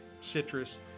citrus